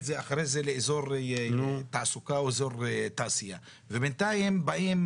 זה אחרי זה לאזור תעסוקה או אזור תעשיה ובינתיים באים